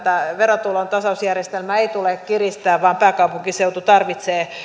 verotulon tasausjärjestelmää ei tule kiristää vaan pääkaupunkiseutu tarvitsee